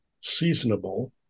seasonable